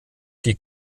die